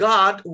God